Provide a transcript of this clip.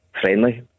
friendly